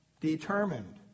determined